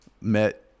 met